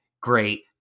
great